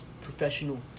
professional